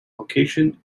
location